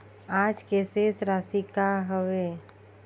आज के शेष राशि का हवे?